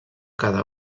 cada